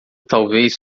talvez